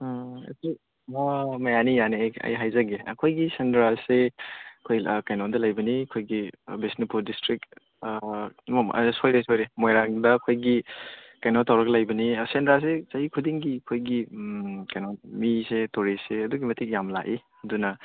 ꯎꯝ ꯑꯁꯤ ꯍꯣꯏ ꯍꯣꯏ ꯌꯥꯅꯤ ꯌꯥꯅꯤ ꯑꯩ ꯍꯥꯏꯖꯒꯦ ꯑꯩꯈꯣꯏꯒꯤ ꯁꯦꯟꯗ꯭ꯔꯥꯁꯦ ꯑꯩꯈꯣꯏ ꯀꯩꯅꯣꯗ ꯂꯩꯕꯅꯤ ꯑꯩꯈꯣꯏꯒꯤ ꯕꯤꯁꯅꯨꯄꯨꯔ ꯗꯤꯁꯇ꯭ꯔꯤꯛ ꯁꯣꯏꯔꯦ ꯁꯣꯏꯔꯦ ꯃꯣꯏꯔꯥꯡꯗ ꯑꯩꯈꯣꯏꯒꯤ ꯇꯧꯔꯒ ꯂꯩꯕꯅꯤ ꯁꯦꯟꯗ꯭ꯔꯥꯁꯤ ꯆꯍꯤ ꯈꯨꯗꯤꯡꯒꯤ ꯑꯩꯈꯣꯏꯒꯤ ꯀꯩꯅꯣ ꯃꯤꯁꯦ ꯇꯨꯔꯤꯁꯁꯦ ꯑꯗꯨꯛꯀꯤ ꯃꯇꯤꯛ ꯌꯥꯝ ꯂꯥꯛꯏ ꯑꯗꯨꯅ